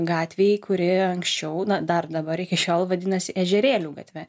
gatvei kuri anksčiau na dar dabar iki šiol vadinasi ežerėlių gatve